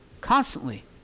constantly